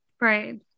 right